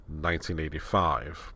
1985